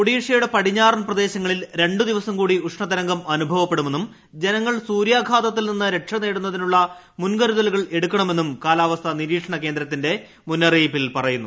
ഒഡീഷയുടെ പടിഞ്ഞാറൻ പ്രദേശങ്ങളിൽ രണ്ട് ദിവസം കൂടി ഉഷ്ണതരംഗം അനുഭവപ്പെടുമെന്നും ജനങ്ങൾ സൂര്യാഘാതത്തിൽ നിന്ന് രക്ഷനേടുന്നതിനുള്ള മുൻകരുതലുകൾ എടുക്കണമെന്നും കാലാവസ്ഥാ നിരീക്ഷണ കേന്ദ്രത്തിന്റെ മുന്നറിയിപ്പിൽ പറയുന്നു